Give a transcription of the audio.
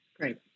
Great